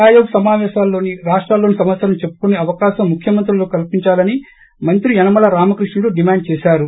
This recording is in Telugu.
ఆయోగ్ సమాపేశంలో రాష్టాల్లోని సమస్యలను చెప్పుకునే అవకాశం నీతి ముఖ్యమంత్రులకు కల్పించాలని మంత్రి యనమల రామకృష్ణుడు డిమాండ్ చేశారు